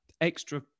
extra